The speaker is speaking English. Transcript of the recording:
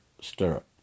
stirrup